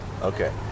Okay